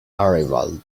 arrival